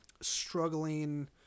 struggling